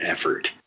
effort